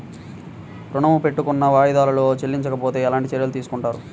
ఋణము పెట్టుకున్న వాయిదాలలో చెల్లించకపోతే ఎలాంటి చర్యలు తీసుకుంటారు?